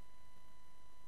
זה חלבי וחלבי זה שליט.